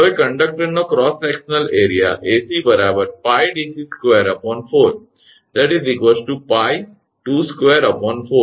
હવે કંડક્ટરનો cross section area 𝐴𝑐 𝜋𝑑𝑐2 4 𝜋2 4 3